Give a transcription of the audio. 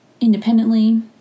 independently